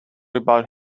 about